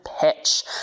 pitch